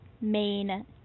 main